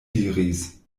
diris